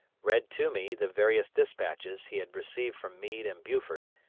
read to me the various despatches he had received from meade and buford,